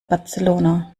barcelona